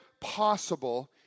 possible